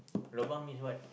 lobang means what